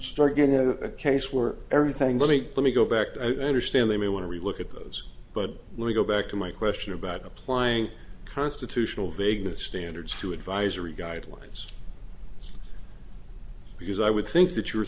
start getting a case where everything let me let me go back to understand they may want to relook at those but let me go back to my question about applying constitutional vegas standards to advisory guidelines because i would think that you